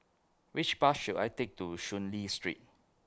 Which Bus should I Take to Soon Lee Street